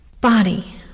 body